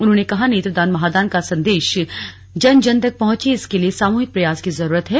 उन्होंने कहा नेत्रदान महादान का संदेश जन जन तक पहुंचे इसके लिए सामूहिक प्रयास की जरूरत है